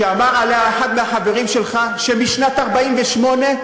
שאמר עליה אחד מהחברים שלך שמשנת 1948,